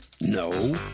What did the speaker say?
No